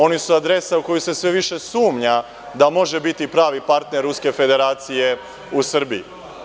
Oni su adresa u koju se sve više sumnja da može biti pravi partner Ruske Federacije u Srbiji.